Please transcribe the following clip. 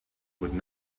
would